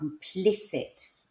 complicit